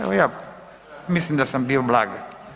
Evo ja mislim da sam bio blag.